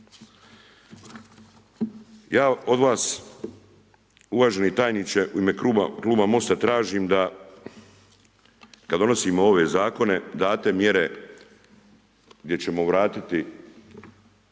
Ja od vas uvaženi tajniče u ime kluba Mosta tražim da kad donosimo ove zakone date mjere gdje ćemo vratiti